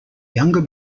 younger